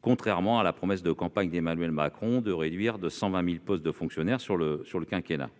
contrairement à la promesse de campagne d'Emmanuel Macron de réduire de 120 000 le nombre de postes de fonctionnaires sur le quinquennat.